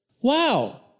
Wow